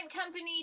company